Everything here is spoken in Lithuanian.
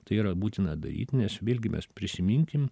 tai yra būtina daryt nes vėlgi mes prisiminkim